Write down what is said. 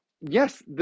yes